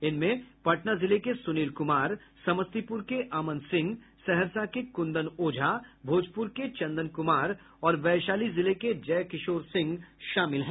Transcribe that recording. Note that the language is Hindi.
इनमें पटना जिले के सुनील कुमार समस्तीपुर के अमन सिंह सहरसा के कुंदन ओझा भोजपुर के चंदन कुमार और वैशाली जिले के जय किशोर सिंह शामिल है